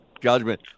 judgment